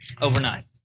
Overnight